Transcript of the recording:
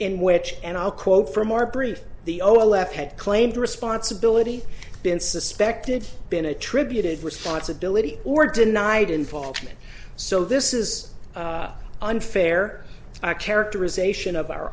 in which and i'll quote from our brief the o l f had claimed responsibility been suspected been attributed responsibility or denied involvement so this is unfair characterization of our